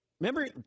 remember